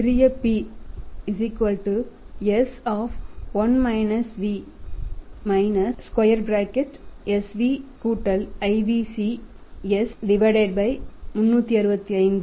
சிறிய p s sv ivc s 365